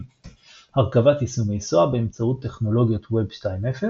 הרכבת יישומי SOA באמצעות טכנולוגיות וב 2.0